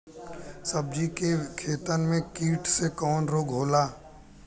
सब्जी के खेतन में कीट से कवन रोग होला?